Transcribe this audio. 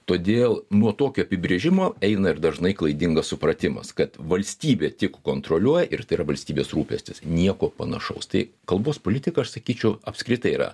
todėl nuo tokio apibrėžimo eina ir dažnai klaidingas supratimas kad valstybė tik kontroliuoja ir tai yra valstybės rūpestis nieko panašaus tai kalbos politika aš sakyčiau apskritai yra